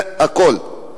זה הכול.